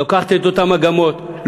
לוקחת את אותן מגמות,